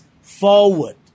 forward